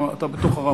אתה בתוך הרמקול.